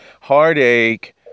heartache